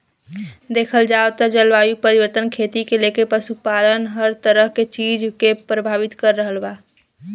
देखल जाव त जलवायु परिवर्तन खेती से लेके पशुपालन हर तरह के चीज के प्रभावित कर रहल बा